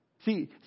See